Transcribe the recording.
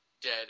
Dead